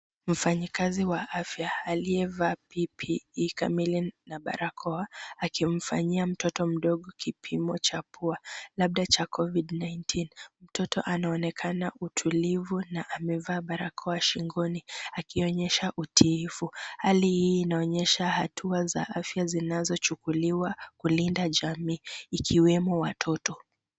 Mfanyikazi wa afya alivaa pipi ii kamili na barakoa akimfanyia mtoto mdogo kipimo cha pua labda cha Covid 19. Mtoto anaonekana utulivu na amevaa barakoa shingoni akionyesha utiifu, hali hii inaonyesha hatua za afya zinazo chukuliwa kulinda jamii ikiwemo watoto.